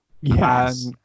Yes